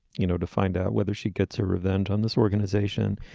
you know to find out whether she gets her revenge on this organization.